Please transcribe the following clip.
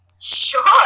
Sure